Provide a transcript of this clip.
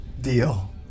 deal